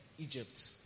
Egypt